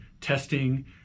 testing